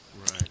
Right